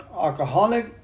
alcoholic